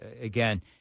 again